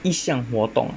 一项活动